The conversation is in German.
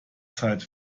zeit